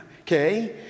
Okay